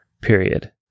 period